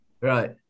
Right